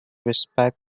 respect